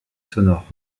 sonores